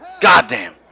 Goddamn